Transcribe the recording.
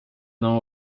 não